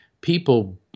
people